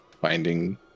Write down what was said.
finding